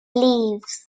leaves